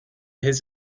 his